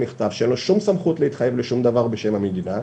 שאין לו שום סמכות להתחייב לשום דבר בשם המדינה.